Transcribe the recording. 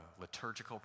liturgical